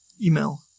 Email